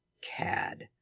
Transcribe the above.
Cad